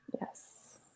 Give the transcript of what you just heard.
Yes